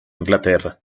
inglaterra